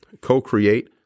co-create